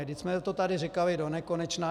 Vždyť jsme to tady říkali donekonečna.